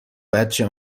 بچه